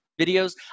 videos